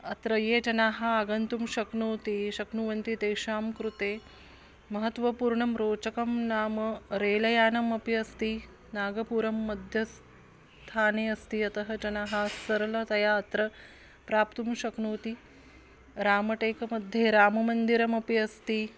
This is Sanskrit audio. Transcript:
अत्र ये जनाः आगन्तुं शक्नोति शक्नुवन्ति तेषां कृते महत्वपूर्णं रोचकं नाम रेल यानमपि अस्ति नागपुरं मध्यथाने अस्ति अतः जनाः सरलतया अत्र प्राप्तुं शक्नोति रामटेकमध्ये राममन्दिरमपि अस्ति